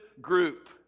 group